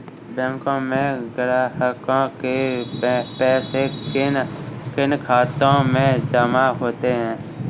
बैंकों में ग्राहकों के पैसे किन किन खातों में जमा होते हैं?